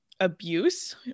abuse